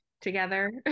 together